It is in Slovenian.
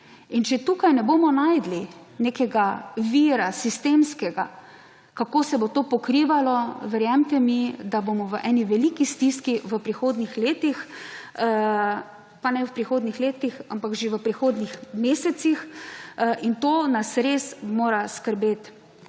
če tukaj ne bomo našli nekega vira sistemskega, kako se bo to pokrivalo, verjemi te mi, da bomo v eni veliki stiski v prihodnjih letih, pa ne v prihodnjih letih, ampak že v prihodnjih mesecih in to nas res mora skrbeti.